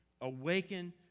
Awaken